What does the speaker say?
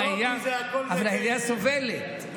אבל העירייה סובלת.